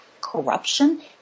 corruption